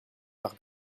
par